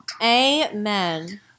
Amen